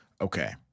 okay